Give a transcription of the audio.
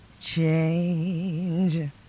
change